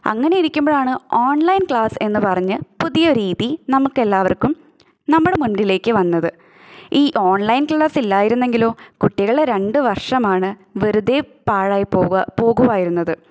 അങ്ങനെ ഇരിക്കുമ്പോഴാണ് online class എന്ന് പറഞ്ഞ് പുതിയ രീതി നമുക്കെല്ലാവർക്കും നമ്മുടെ മുൻപിലേക്ക് വന്നത് ഈ ഓൺലൈൻ ക്ലാസ് ഇല്ലായിരുന്നെങ്കിലോ കുട്ടികളെ രണ്ടു വർഷമാണ് വെറുതെ പാഴായി പോവാ പോകുമായിരുന്നത്